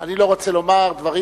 אני לא רוצה לומר דברים,